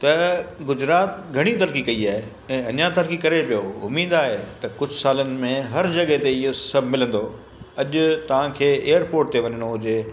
त गुजरात घणी तरक़ी कई आहे ऐं अञा तरक़ी करे पियो उमीद आहे त कुझु सालनि में हर जॻह ते इहो सभु मिलंदो अॼु तव्हांखे एयरपोट ते वञिणो हुजे